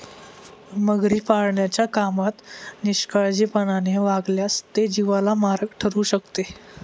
मगरी पाळण्याच्या कामात निष्काळजीपणाने वागल्यास ते जीवाला मारक ठरू शकते